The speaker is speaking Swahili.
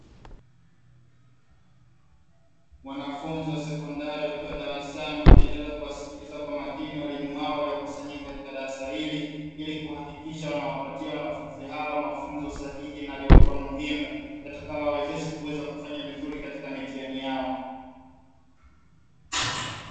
Wanafunzi wa sekondari wakiwa darasani wakiendelea kuwasikiliza kwa makini walimu wao, waliokusanyika katika darasa hili. Ili kuhakikisha wanawapatia wanafunzi mafunzo sahihi na yaliyokuwa muhimu yatakayo wawezesha kufanya vizuri Katika mitihani yao.